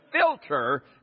filter